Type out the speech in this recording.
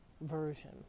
version